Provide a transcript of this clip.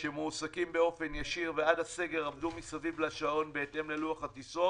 שמועסקים באופן ישיר ועד הסגר עבדו מסביב לשעון בהתאם ללוח הטיסות.